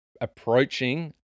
approaching